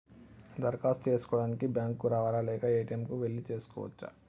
దరఖాస్తు చేసుకోవడానికి బ్యాంక్ కు రావాలా లేక ఏ.టి.ఎమ్ కు వెళ్లి చేసుకోవచ్చా?